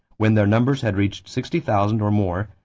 when their numbers had reached sixty thousand or more,